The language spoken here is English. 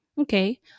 okay